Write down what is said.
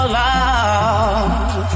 love